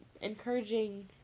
encouraging